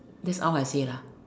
that's all I say lah